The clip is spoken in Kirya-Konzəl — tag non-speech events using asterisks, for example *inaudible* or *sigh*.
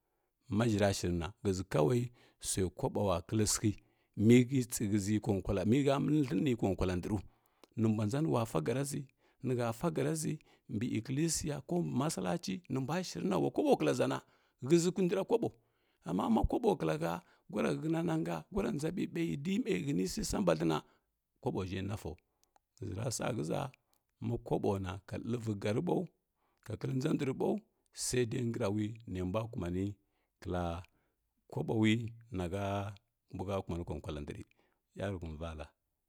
Maʒəra shirina ghəʒi naawai suja kobowa kəli sigh mehə tsi ghəʒi konkuala mehg məl lənini hwan hwala ndru nimbua nʒa mulula sa gdari ʒə nihə sa gəriʒi mbi kligiya ho mbi masalachi nimbua shirina ula kobo kla ʒana ghəzi ndra kobo *unintelligible* alluta mokobo kləhə sura hənananga sura nʒa ɓiɓai də məi hətihi sisambaləna kobə ʒhə nasau ghəəi rasa ghəʒa makobo na ka ləvi gəri bau kakilə nʒa ndrbeu sai dai ngrawi nembua kumani klə kobowi nahəmbu hə komani ko kuəa ndri ula yanuhumi vala.